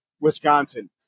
wisconsin